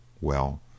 Well